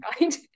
right